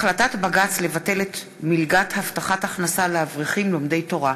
החלטת בג"ץ לבטל את מלגת הבטחת הכנסה לאברכים לומדי תורה.